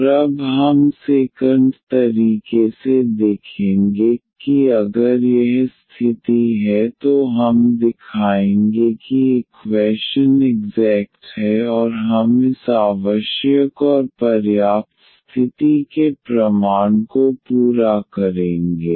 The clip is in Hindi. और अब हम सेकंड तरीके से देखेंगे कि अगर यह स्थिति है तो हम दिखाएंगे कि इक्वैशन इग्ज़ैक्ट है और हम इस आवश्यक और पर्याप्त स्थिति के प्रमाण को पूरा करेंगे